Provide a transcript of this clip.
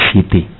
City